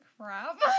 crap